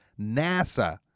nasa